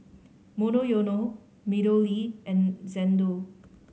Monoyono MeadowLea and Xndo